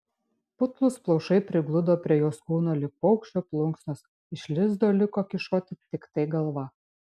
putlūs plaušai prigludo prie jos kūno lyg paukščio plunksnos iš lizdo liko kyšoti tiktai galva